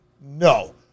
No